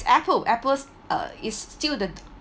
Apple Apple's uh is still the